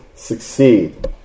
Succeed